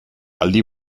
aldi